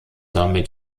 damit